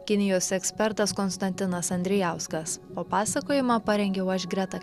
kinijos ekspertas konstantinas andrijauskas o papasakojimą parengiau aš greta